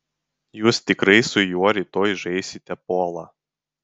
jūs tikrai su juo rytoj žaisite polą